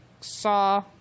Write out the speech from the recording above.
saw